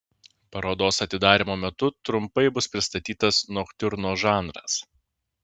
parodos atidarymo metu trumpai bus pristatytas noktiurno žanras